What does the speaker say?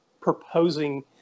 proposing